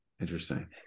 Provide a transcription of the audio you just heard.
Interesting